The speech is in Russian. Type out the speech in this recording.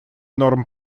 норм